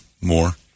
more